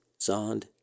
Zond